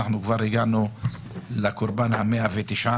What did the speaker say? כבר הגענו לקורבן ה-109,